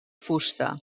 fusta